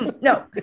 no